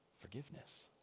forgiveness